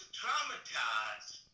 traumatized